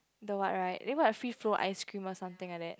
the what right they got free flow ice cream or something like that